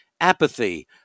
apathy